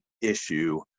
issue